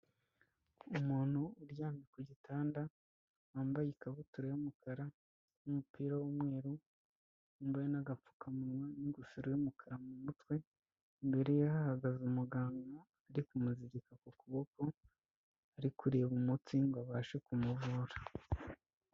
Umuntu uryamye ku gitanda, wambaye ikabutura y'umukara n'umupira w'umweru, wambaye n'agapfukamunwa n'ingofero y'umukara mu mutwe, imbere ye hahagaze umuganga uri kumuzirika ku kuboko uri kureba umutsi ngo abashe kumuvura.